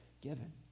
given